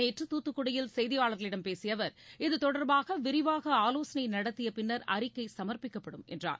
நேற்று தூத்துக்குடியில் செய்தியாளர்களிடம் பேசிய அவர் இதுதொடர்பாக விரிவாக ஆலோசனை நடத்திய பின்னர் அறிக்கை சமர்ப்பிக்கப்படும் என்றார்